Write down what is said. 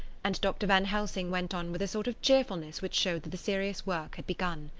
and dr. van helsing went on with a sort of cheerfulness which showed that the serious work had begun.